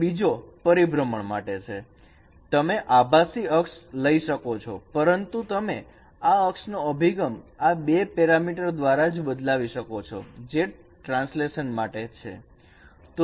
અને બીજો પરિભ્રમણ માટે છે તમે આભાસી અક્ષ લઈ શકો છો પરંતુ તમે આ અક્ષ નો અભિગમ આ બે પેરામીટર દ્વારા બદલાવી શકો છો જે ટ્રાન્સલેશન માટે છે